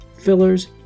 Fillers